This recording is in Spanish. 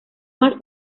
más